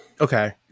okay